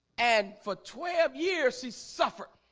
and for twelve years she suffered